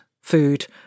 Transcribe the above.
food